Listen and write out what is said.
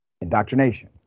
Indoctrination